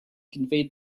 conveyed